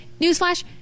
newsflash—